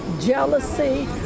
jealousy